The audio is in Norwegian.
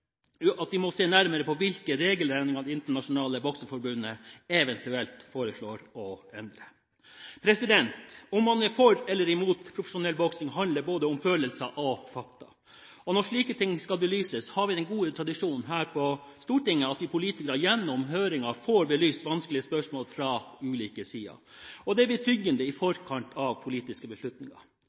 se nærmere på hvilke regelendringer Det internasjonale bokseforbundet eventuelt foreslår. Om man er for eller imot profesjonell boksing handler både om følelser og fakta. Når slike ting skal belyses, har vi den gode tradisjonen her på Stortinget at vi politikere gjennom høringer får belyst vanskelige spørsmål fra ulike sider. Det er betryggende i forkant av politiske beslutninger.